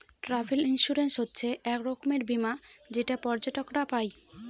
travel insurance হচ্ছে এক রকমের বীমা যেটা পর্যটকরা পাই